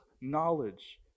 knowledge